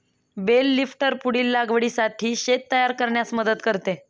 bell lifter पुढील लागवडीसाठी शेत तयार करण्यास मदत करते